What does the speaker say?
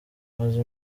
maze